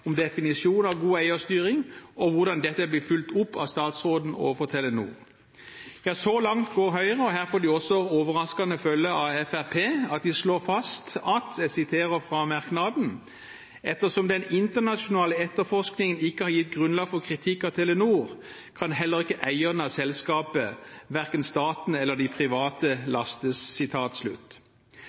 om definisjon av god eierstyring og hvordan dette er blitt fulgt opp av statsråden overfor Telenor. Ja, så langt går Høyre, og her får de også overraskende følge av Fremskrittspartiet, at de slår fast at, jeg siterer fra merknaden, «ettersom den internasjonale etterforskningen ikke har gitt grunnlag for kritikk av Telenor, kan heller ikke eierne av selskapet, hverken staten eller de private,